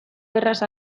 erraz